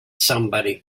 somebody